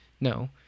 No